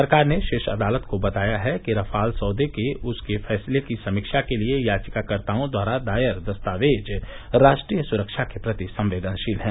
सरकार ने शीर्ष अदालत को बताया कि रफाल सौदे के उसके फैसले की समीक्षा के लिए याचिकाकर्ताओं द्वारा दायर दस्तावेज राष्ट्रीय सुरक्षा के प्रति संवेदनशील हैं